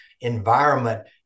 environment